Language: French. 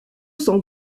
sans